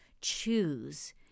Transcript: choose